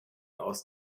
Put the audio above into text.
aus